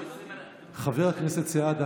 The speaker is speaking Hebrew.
חבר הכנסת סעדה,